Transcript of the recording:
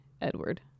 Edward